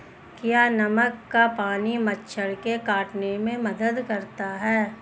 क्या नमक का पानी मच्छर के काटने में मदद करता है?